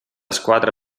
squadra